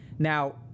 Now